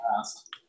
past